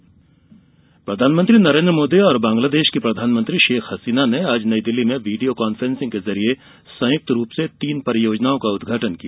भारत बांगलादेश प्रधानमंत्री नरेन्द्र मोदी और बांग्लादेश की प्रधानमंत्री शेख हसीना ने आज नई दिल्ली में वीडियो कान्फ्रेसिंग के जरिये संयुक्त रूप से तीन परियोजनाओं का उद्घाटन किया